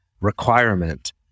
requirement